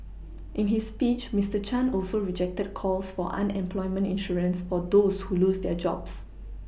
in his speech Mister Chan also rejected calls for unemployment insurance for those who lose their jobs